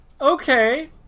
Okay